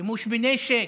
שימוש בנשק,